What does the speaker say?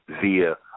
via